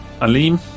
Alim